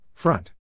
Front